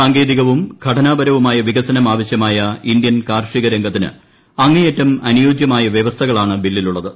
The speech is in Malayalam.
സാങ്കേതികവും ഘടനാപരവുമായ വികസനം ആവശ്യമായ ഇൻഡ്യൻ കാർഷിക രംഗത്തിന് അങ്ങേയറ്റം അനുയോജ്യമായ വൃവസ്ഥകളാണ് ബില്ലിലുള്ളത്